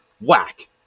whack